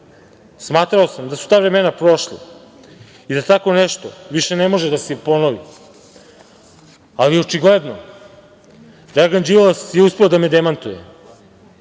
smatrao sam da su ta vremena prošla i da tako nešto više ne može da se ponovi, ali očigledno Dragan Đilas je uspeo da me demantuje. Nemoćan